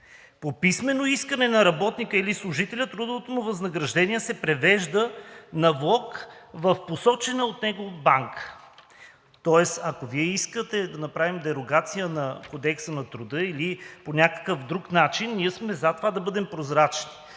По писмено искане на работника или служителя трудовото му възнаграждение се превежда на влог в посочена от него банка.“ Ако Вие искате да направим дерогация на Кодекса на труда или по някакъв друг начин, ние сме за това да бъдем прозрачни.